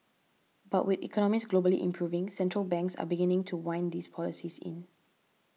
but with economies globally improving central banks are beginning to wind those policies in